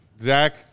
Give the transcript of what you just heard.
Zach